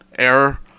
Error